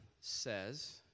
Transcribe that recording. says